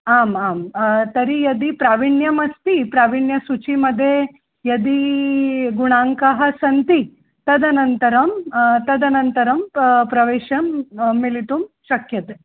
आम् आं तर्हि यदि प्रावीण्यमस्ति प्रावीण्यसूचीमध्ये यदि गुणाङ्काः सन्ति तदनन्तरं तदनन्तरं प्रवेशं मिलितुं शक्यते